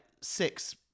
six